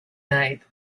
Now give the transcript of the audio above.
night